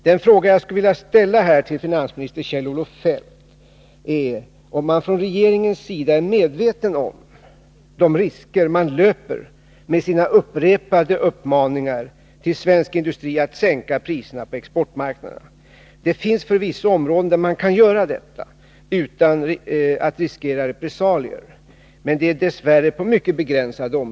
Den fråga jag skulle vilja ställa här till finansminister Kjell-Olof Feldt är om man från regeringens sida är medveten om de risker man löper med sina upprepade uppmaningar till svensk industri att sänka priserna på exportmarknaderna. Det finns förvisso områden där man kan göra detta utan att riskera repressalier, men dessa är dess värre mycket begränsade.